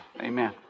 amen